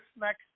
next